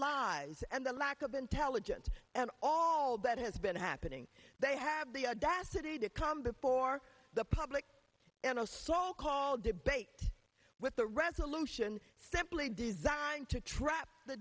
lies and the lack of intelligence and all that has been happening they have the audacity to come before the public and no slow call debate with the resolution step lee designed to trap the